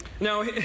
Now